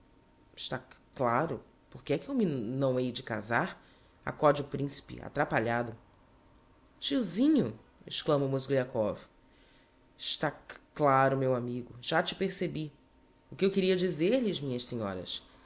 c claro por que é que eu me n não hei de casar acóde o principe atrapalhado tiozinho exclama o mozgliakov está c claro meu amigo já te percebi o que eu queria dizer-lhes minhas senhoras